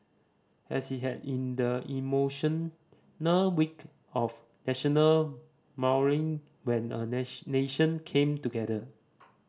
as he had in the emotional week of National Mourning when a nation came together